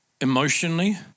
emotionally